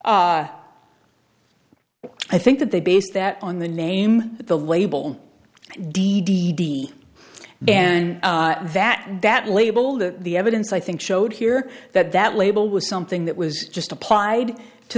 loss i think that they based that on the name the label d d d and that that label that the evidence i think showed here that that label was something that was just applied to